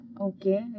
Okay